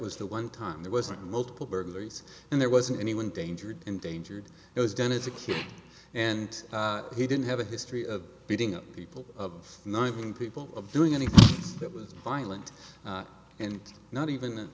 was the one time there wasn't multiple burglaries and there wasn't anyone dangerous endangered it was done as a kid and he didn't have a history of beating up people of nine people of doing anything that was violent and not even